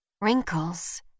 wrinkles